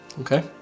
Okay